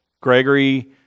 Gregory